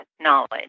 knowledge